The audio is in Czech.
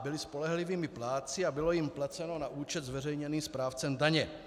Byly spolehlivými plátci a bylo jim placeno na účet zveřejněný správcem daně.